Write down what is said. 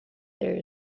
there